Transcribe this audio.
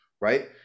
right